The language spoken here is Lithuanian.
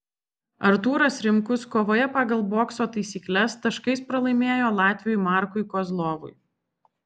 artūras rimkus kovoje pagal bokso taisykles taškais pralaimėjo latviui markui kozlovui